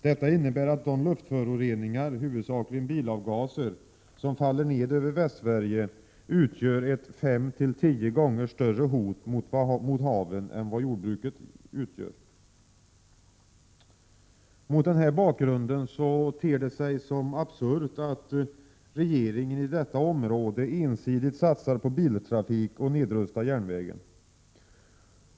Detta innebär att de luftföroreningar — huvudsakligen bilavgaser — som faller ned över Västsverige utgör ett 5-10 gånger större hot mot haven än jordbruket gör. Mot denna bakgrund ter det sig absurt att regeringen ensidigt satsar på biltrafik och nedrustar järnvägen i detta område.